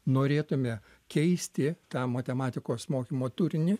norėtume keisti tą matematikos mokymo turinį